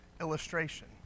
illustration